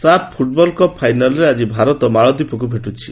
ସାଫ୍ football cup ଫାଇନାଲ୍ରେ ଆଜି ଭାରତ ମଳଦ୍ୱୀପକୁ ଭେଟୁଛି